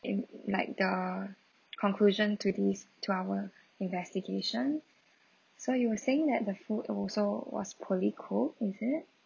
in like the conclusion to this to our investigation so you were saying that the food also was poorly cooked is it